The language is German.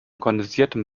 kondensiertem